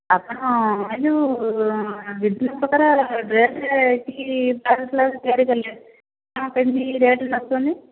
ଆପଣ ଏ ଯେଉଁ ବିଭିନ୍ନପ୍ରକାର ଡ୍ରେସ୍ କି ବ୍ଲାଉଜ୍ ଫ୍ଲାଉଜ୍ ତିଆରି କଲେ କ'ଣ କେମତି ରେଟ୍ ନେଉଛନ୍ତି